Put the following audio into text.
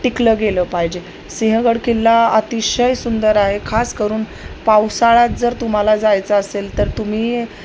टिकलं गेलं पाहिजे सिंहगड किल्ला अतिशय सुंदर आहे खास करून पावसाळ्यात जर तुम्हाला जायचं असेल तर तुम्ही